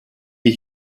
die